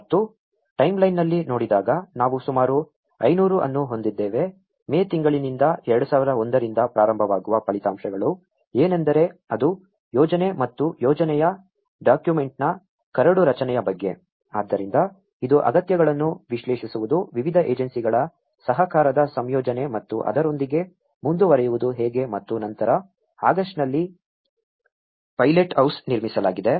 ಮತ್ತು ಟೈಮ್ಲೈನ್ನಲ್ಲಿ ನೋಡಿದಾಗ ನಾವು ಸುಮಾರು 500 ಅನ್ನು ಹೊಂದಿದ್ದೇವೆ ಮೇ ತಿಂಗಳಿನಿಂದ 2001 ರಿಂದ ಪ್ರಾರಂಭವಾಗುವ ಫಲಿತಾಂಶಗಳು ಏನೆಂದರೆ ಅದು ಯೋಜನೆ ಮತ್ತು ಯೋಜನೆಯ ಡಾಕ್ಯುಮೆಂಟ್ನ ಕರಡು ರಚನೆಯ ಬಗ್ಗೆ ಆದ್ದರಿಂದ ಇದು ಅಗತ್ಯಗಳನ್ನು ವಿಶ್ಲೇಷಿಸುವುದು ವಿವಿಧ ಏಜೆನ್ಸಿಗಳ ಸಹಕಾರದ ಸಂಯೋಜನೆ ಮತ್ತು ಅದರೊಂದಿಗೆ ಮುಂದುವರಿಯುವುದು ಹೇಗೆ ಮತ್ತು ನಂತರ ಆಗಸ್ಟ್ನಲ್ಲಿ ಪೈಲಟ್ಹೌಸ್ ನಿರ್ಮಿಸಲಾಗಿದೆ